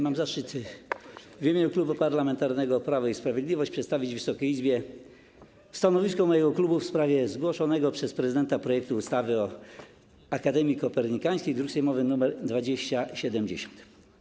Mam zaszczyt w imieniu Klubu Parlamentarnego Prawo i Sprawiedliwość przedstawić Wysokiej Izbie stanowisko mojego klubu w sprawie zgłoszonego przez prezydenta projektu ustawy o Akademii Kopernikańskiej, druk sejmowy nr 2070.